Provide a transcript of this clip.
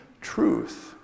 truth